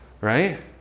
Right